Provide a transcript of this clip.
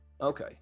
okay